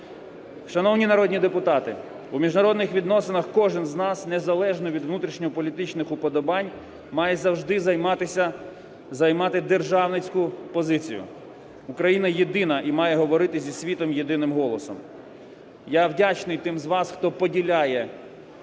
Шановні народні депутати, у міжнародних відносинах кожен з нас не залежно від внутрішньо політичних уподобань має завжди займати державницьку позицію. Україна єдина і має говорити зі світом єдиним голосом. Я вдячний тим з вас, хто поділяє